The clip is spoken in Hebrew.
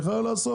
היא יכלה לעשות.